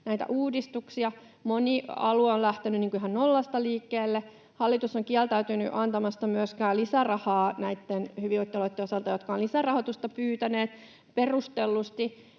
uudistuksia. Moni alue on lähtenyt ihan nollasta liikkeelle. Hallitus on kieltäytynyt antamasta myöskään lisärahaa näitten hyvinvointialueitten osalta, jotka ovat lisärahoitusta pyytäneet perustellusti.